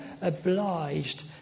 obliged